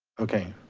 okay.